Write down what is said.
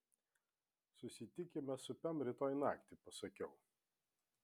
susitikime su pem rytoj naktį pasakiau